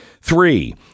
Three